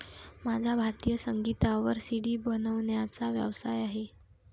माझा भारतीय संगीतावर सी.डी बनवण्याचा व्यवसाय आहे